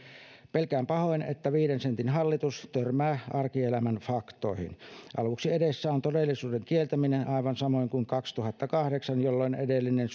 pelkään pahoin että viiden sentin hallitus törmää arkielämän faktoihin aluksi edessä on todellisuuden kieltäminen aivan samoin kuin kaksituhattakahdeksan jolloin edellinen